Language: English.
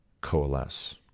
coalesce